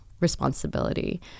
responsibility